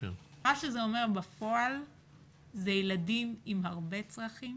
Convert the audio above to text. מה שזה אומר בפועל זה ילדים עם הרבה צרכים